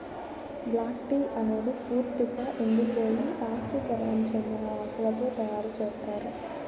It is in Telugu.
బ్లాక్ టీ అనేది పూర్తిక ఎండిపోయి ఆక్సీకరణం చెందిన ఆకులతో తయారు చేత్తారు